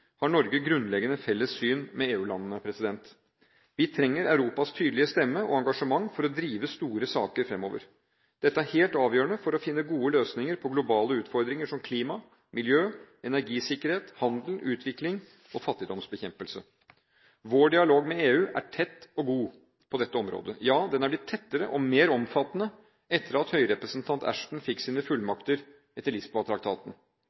har Norge grunnleggende felles syn med EU-landene. Vi trenger Europas tydelige stemme og engasjement for å drive store saker fremover. Dette er helt avgjørende for å finne gode løsninger på globale utfordringer som klima, miljø, energisikkerhet, handel, utvikling og fattigdomsbekjempelse. Vår dialog med EU er tett og god på dette området – ja den er blitt tettere og mer omfattende etter at høyrerepresentant Ashton fikk sine